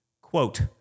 Quote